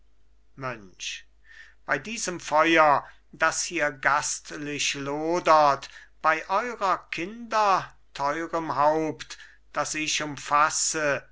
mönch bei diesem feuer das hier gastlich lodert bei eurer kinder teurem haupt das ich umfasse